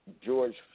George